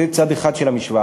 זה צד אחד של המשוואה.